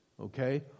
okay